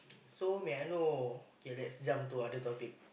so may I know okay let's jump to other topic